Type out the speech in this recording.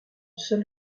seule